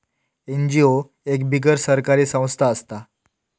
NGO एक बिगर सरकारी संस्था असता